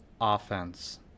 offense